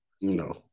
No